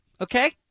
okay